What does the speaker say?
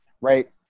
right